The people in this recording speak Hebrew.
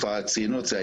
כבר ציינו את זה,